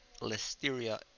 Listeria